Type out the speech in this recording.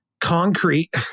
concrete